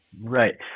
Right